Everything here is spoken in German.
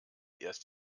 erst